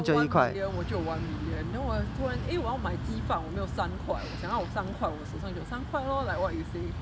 我要 one million 我就有 one million then 我突然 eh 我要买鸡饭我没有三块我想要有三块我手上就有三块 lor like what you say